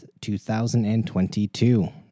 2022